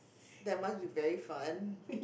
that must be very fun